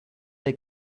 dai